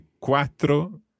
quattro